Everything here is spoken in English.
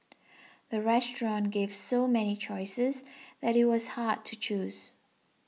the restaurant gave so many choices that it was hard to choose